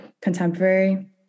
contemporary